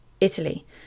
Italy